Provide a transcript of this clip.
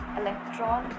electron